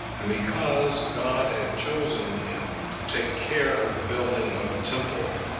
and because god had chosen him to take care of the building of the temple,